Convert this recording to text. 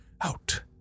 out